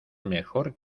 mejor